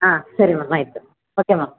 ಹಾಂ ಸರಿ ಮ್ಯಾಮ್ ಆಯಿತು ಓಕೆ ಮ್ಯಾಮ್